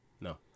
no